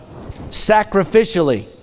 sacrificially